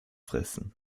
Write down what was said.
fressen